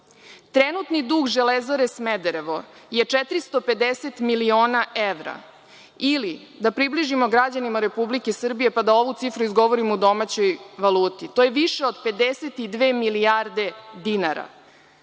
Trenutni dug „Železare Smederevo“ je 450 miliona evra ili, da približimo građanima Republike Srbije pa da ovu cifru izgovorim u domaćoj valuti, to je više od 52 milijarde dinara